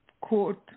court